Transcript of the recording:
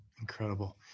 Incredible